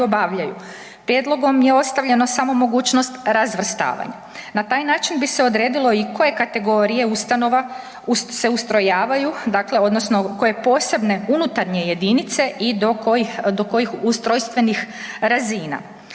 Prijedlogom je ostavljeno samo mogućnost razvrstavanja. Na taj način bi se odredilo i koje kategorije ustanova se ustrojavaju, dakle odnosno koje posebne unutarnje jedinice i do kojih, do kojih ustrojstvenih razina.